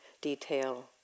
detail